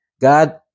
God